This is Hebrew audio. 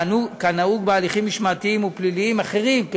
כנהוג בהליכים משמעתיים ופליליים אחרים,